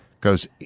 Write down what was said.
goes